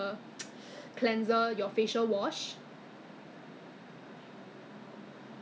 我都不懂是什么来的 leh that's why I'm now looking at it I can't even recall it says glossy and rejuvenate skin